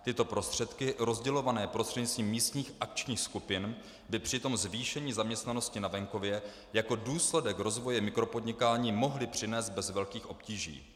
Tyto prostředky rozdělované prostřednictvím místních akčních skupin by přitom zvýšení zaměstnanosti na venkově jako důsledek rozvoje mikropodnikání mohly přinést bez velkých obtíží.